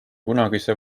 kunagise